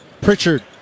Pritchard